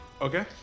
Okay